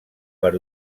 per